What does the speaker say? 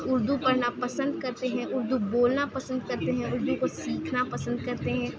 اردو پڑھنا پسند کرتے ہیں اردو بولنا پسند کرتے ہیں اردو کو سیکھنا پسند کرتے ہیں